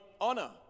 honor